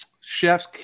Chef's